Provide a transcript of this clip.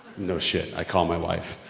no shit, i call my wife.